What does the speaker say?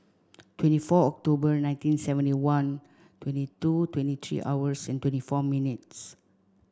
twenty four October nineteen seventy one twenty two twenty three hours twenty four minutes